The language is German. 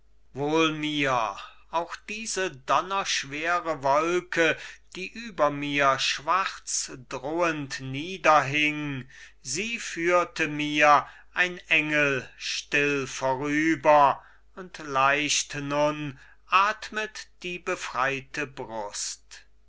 mir auch diese donnerschwere wolke die über mir schwarz drohend niederhing sie führte mir ein engel still vorüber und leicht nun athmet die befreite brust